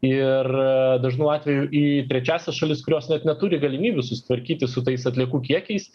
ir dažnu atveju į trečiąsias šalis kurios net neturi galimybių susitvarkyti su tais atliekų kiekiais